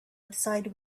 outside